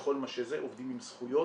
עובדים עם זכויות.